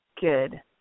good